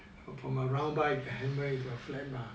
round bar can hammer into flat bar